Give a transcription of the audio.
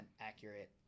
accurate